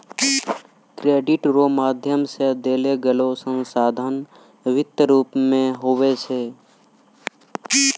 credit रो माध्यम से देलोगेलो संसाधन वित्तीय रूप मे हुवै छै